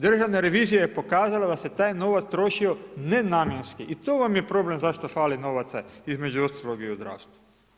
Državna revizija je pokazala da se taj novac trošio nenamjenski i to vam je problem zašto fali novaca između ostalog i u zdravstvu.